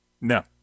No